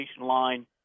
line